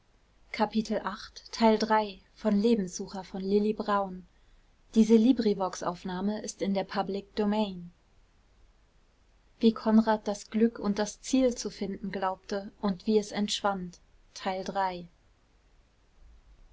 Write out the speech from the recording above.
wie konrad das glück und das ziel zu finden glaubte und wie es entschwand